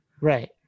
right